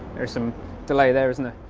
there's some delay there, isn't it?